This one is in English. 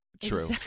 True